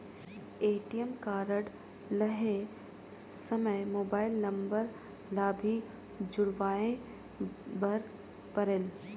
ATM card लहे समय mobile number ला भी जुड़वाए बर परेल?